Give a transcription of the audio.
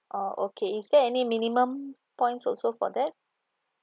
oh okay is there any minimum points also for that